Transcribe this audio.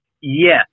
yes